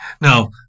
Now